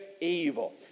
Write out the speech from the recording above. evil